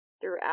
throughout